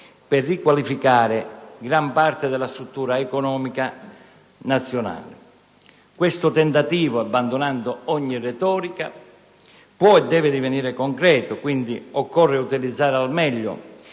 per riqualificare gran parte della struttura economica nazionale. Questo tentativo, abbandonando ogni retorica, può e deve divenire concreto. Occorre, quindi, utilizzare al meglio